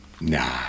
Nah